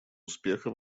успеха